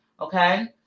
Okay